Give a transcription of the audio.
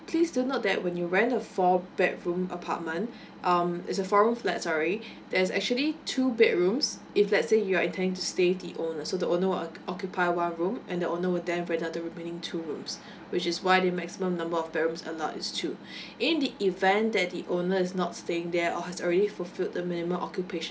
please to note that when you rent a four bedroom apartment um it's a four room flat sorry there's actually two bedrooms if let's say you are intending to stay the owner so the owner uh occupy one room and the owner will there for another remaining two rooms which is why the maximum number of the bedrooms allowed is two in the event that the owner is not staying there or has already fulfilled the minimum occupation